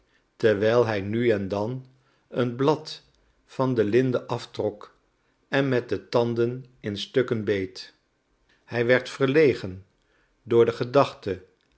terwijl hij nu en dan een blad van de linden aftrok en met de tanden in stukken beet hij werd verlegen door de gedachte